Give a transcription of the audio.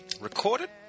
recorded